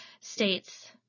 states